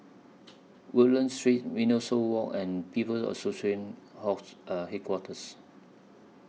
Woodlands Street Mimosa Walk and People's Association Headquarters